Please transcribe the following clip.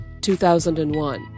2001